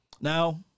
Now